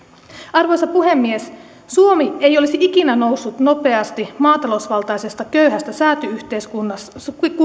arvoisa puhemies suomi ei olisi ikinä noussut nopeasti maatalousvaltaisesta köyhästä sääty yhteiskunnasta